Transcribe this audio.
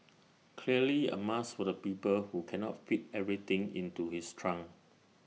clearly A must for the people who cannot fit everything into his trunk